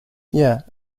yeah